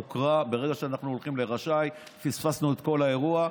ברגע שאנחנו הולכים ל"רשאי", פספסנו את כל האירוע.